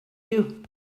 you